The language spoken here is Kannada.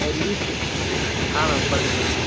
ಅದು ಲೀಸ್ಟು ಹಾಂ ಮ್ಯಾಮ್ ಕಳಿಸ್ತಿವಿ ಮ್ಯಾಮ್